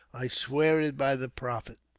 i swear it by the prophet.